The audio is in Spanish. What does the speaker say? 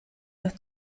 los